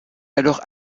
alors